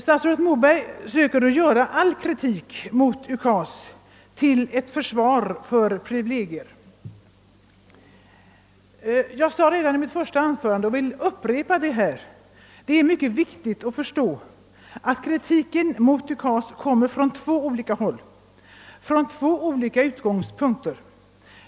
All kritik mot UKAS försöker statsrådet Moberg vända till ett försvar för privilegier. Jag sade redan i mitt första anförande och jag vill upprepa det nu, att det är mycket viktigt att förstå, att kritiken mot UKAS kommer från två olika håll och har två olika utgångspunkter.